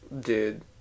Dude